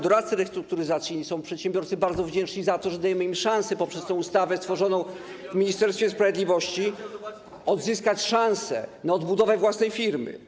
Doradcy restrukturyzacji, przedsiębiorcy są bardzo wdzięczni za to, że dajemy im szansę poprzez tę ustawę stworzoną w Ministerstwie Sprawiedliwości na odbudowę własnej firmy.